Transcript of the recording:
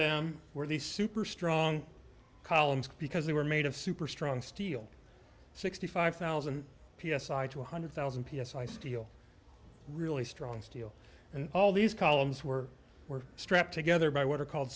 them were these super strong columns because they were made of super strong steel sixty five thousand p s i two hundred thousand p s i steel really strong steel and all these columns were were strapped together by what are called